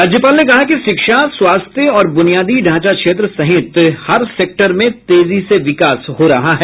राज्यपाल ने कहा कि शिक्षा स्वास्थ्य और ब्रनियादी ढांचा क्षेत्र सहित हर सेक्टर में तेजी से विकास हो रहा है